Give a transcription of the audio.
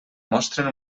mostren